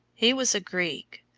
he was a greek.